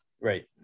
Right